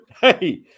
Hey